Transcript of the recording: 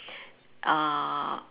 uh